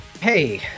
Hey